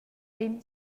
vegn